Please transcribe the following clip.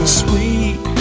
sweet